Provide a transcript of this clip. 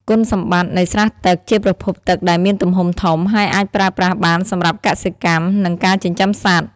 គុណសម្បត្តិនៃស្រះទឹក ជាប្រភពទឹកដែលមានទំហំធំ ហើយអាចប្រើប្រាស់បានសម្រាប់កសិកម្ម និងការចិញ្ចឹមសត្វ។